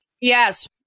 Yes